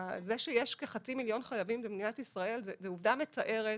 זה שיש כחצי מיליון חייבים במדינת ישראל זו עובדה מצערת.